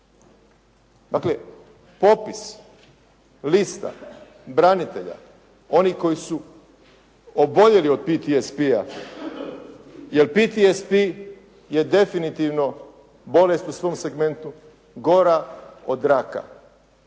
Dakle, popis, lista branitelja oni koji su oboljeli od PTSP-a jer PTSP je definitivno bolest u svom segmentu, gora od raka.